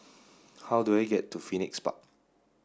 how do I get to Phoenix Park